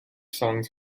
songs